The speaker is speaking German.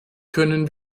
können